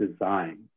design